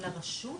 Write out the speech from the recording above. לרשות?